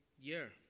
year